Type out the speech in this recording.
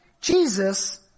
Jesus